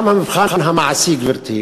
גם המבחן המעשי, גברתי,